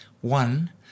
one